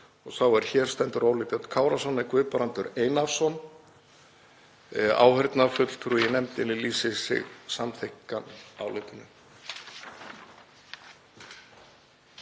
og sá er hér stendur, Óli Björn Kárason. Guðbrandur Einarsson, áheyrnarfulltrúi í nefndinni, lýsti sig samþykkan álitinu.